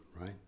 right